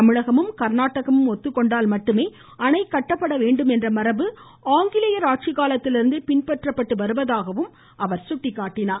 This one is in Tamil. தமிழகமும் கா்நாடகமும் ஒத்துக்கொண்டால் மட்டுமே அணை கட்டப்பட வேண்டும் என்ற மரபு ஆங்கிலேயர் ஆட்சிக்காலத்திலிருந்தே பின்பற்றப்பட்டு வருவதாகவும் அவர் சுட்டிக்காட்டினார்